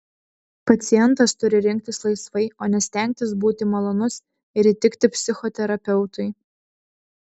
pacientas turi rinktis laisvai o ne stengtis būti malonus ir įtikti psichoterapeutui